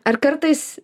ar kartais